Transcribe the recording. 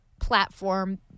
platform